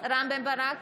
רם בן ברק,